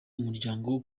umuryango